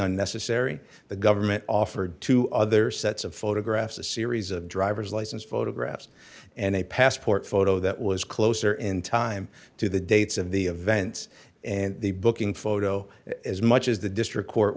unnecessary the government offered two other sets of photographs a series of driver's license photographs and a passport photo that was closer in time to the dates of the events and the booking photo as much as the district court